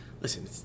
listen